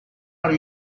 are